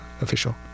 official